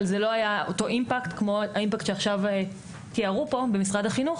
אבל זה לא היה אותו אימפקט כמו האימפקט שעכשיו תיארו פה במשרד החינוך,